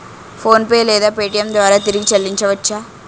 PhonePe లేదా Paytm ద్వారా తిరిగి చల్లించవచ్చ?